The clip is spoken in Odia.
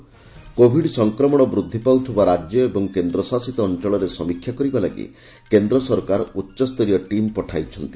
କୋଭିଡ୍ ସଂକ୍ରମଣ ବୃଦ୍ଧି ପାଉଥିବା ରାଜ୍ୟ ଏବଂ କେନ୍ଦ୍ରଶାସିତ ଅଞ୍ଚଳରେ ସମୀକ୍ଷା କରିବା ଲାଗି କେନ୍ଦ୍ରସରକାର ଉଚ୍ଚସରୀୟ ଟିମ୍ ପଠାଇଛନ୍ତି